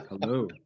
Hello